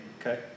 Okay